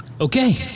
Okay